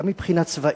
גם מבחינה צבאית,